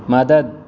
مدد